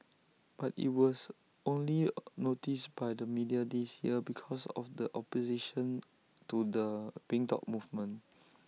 but IT was only noticed by the media this year because of the opposition to the pink dot movement